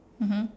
mmhmm